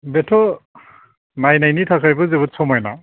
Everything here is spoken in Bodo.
बेथ' नायनायनि थाखायबो जोबोद समायना